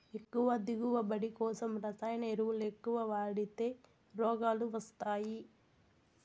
ఎక్కువ దిగువబడి కోసం రసాయన ఎరువులెక్కవ వాడితే రోగాలు వస్తయ్యి